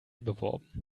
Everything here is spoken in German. beworben